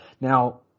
Now